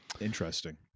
Interesting